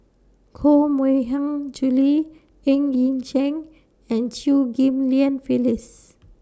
Koh Mui Hiang Julie Ng Yi Sheng and Chew Ghim Lian Phyllis